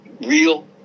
real